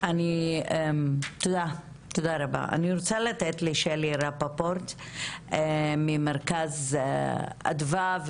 אני רוצה לתת לשלי רפפורט ממרכז אדווה,